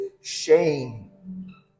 shame